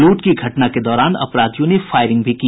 लूट की घटना के दौरान अपराधियों ने फायरिंग भी की